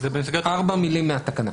ארבע מילים מהתקנה.